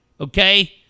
Okay